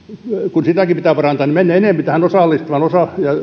kun sitäkin pitää parantaa mennä enempi tähän osallistavaan ja